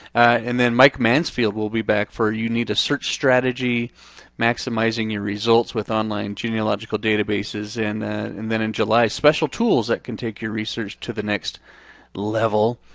and then mike mansfield will be back for you need a search strategy maximizing your results with online genealogical databases. and then in july, special tools that can take your research to the next level.